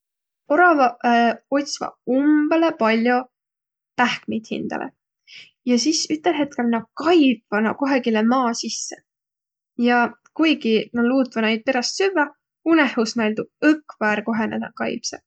Oravaq otsvaq umbõlõ pall'o pähkmit hindäle. Ja sis ütel hetkel nä kaibvaq naaq kohegilõ maa sisse. Ja kuigi nä luutvaq naid peräh süvväq, unõhus tuu näil õkva ärq, kohe nä nuuq kaibsõq.